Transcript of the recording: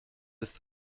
ist